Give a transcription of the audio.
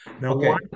Now